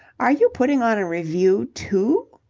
are you putting on a revue too?